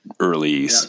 early